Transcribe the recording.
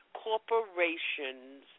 corporations